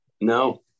No